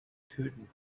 putin